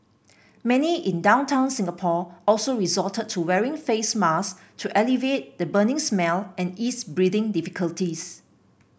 many in downtown Singapore also resorted to wearing face masks to alleviate the burning smell and ease breathing difficulties